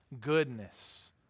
goodness